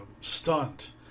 stunt